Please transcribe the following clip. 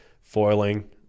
foiling